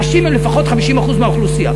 נשים הן לפחות 50% מהאוכלוסייה.